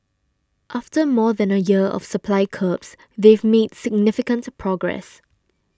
after more than a year of supply curbs they've made significant progress